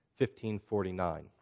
1549